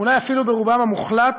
ואולי אפילו רובם המוחלט,